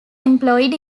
employed